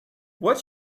what